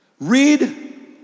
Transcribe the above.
read